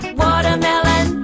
watermelon